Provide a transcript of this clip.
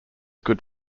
could